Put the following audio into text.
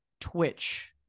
Twitch